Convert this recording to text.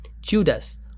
Judas